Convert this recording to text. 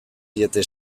diete